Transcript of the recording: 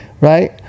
Right